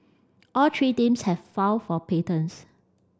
all three teams have filed for patents